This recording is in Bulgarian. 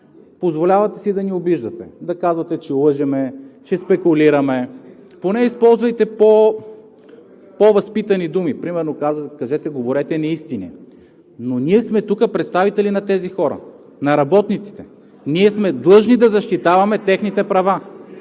Позволявате си да ни обиждате – да казвате, че лъжем, че спекулираме. Поне използвайте по-възпитани думи. Примерно кажете: говорите неистини. Но ние тук сме представители на тези хора – на работниците. Ние сме длъжни да защитаваме техните права,